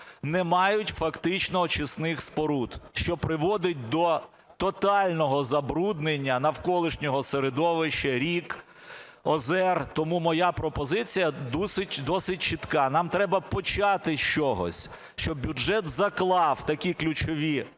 не мають фактично очисних споруд, що приводить до тотального забруднення навколишнього середовища рік, озер. Тому моя пропозиція досить чітка: нам треба почати з чогось, щоб бюджет заклав такі ключові